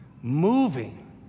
moving